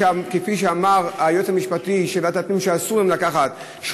ואמר היועץ המשפטי של ועדת הפנים שאסור להם לקחת,